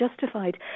justified